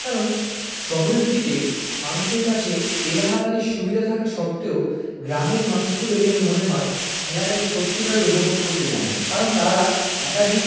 কারণ শহরের দিকে মানুষের কাছে এলাহাবাদী সুবিধা থাকা সত্ত্বেও গ্রামীণ মানুষগুলোই যেন মনে হয় খেলাটাকে সত্যিকারের উপভোগ করতে জানে কারণ তারা একাধিক